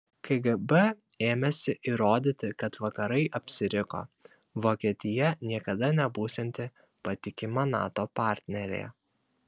kgb ėmėsi įrodyti kad vakarai apsiriko vokietija niekada nebūsianti patikima nato partnerė